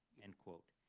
end quote.